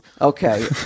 Okay